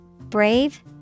Brave